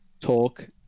talk